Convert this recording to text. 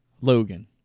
Logan